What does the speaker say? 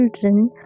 children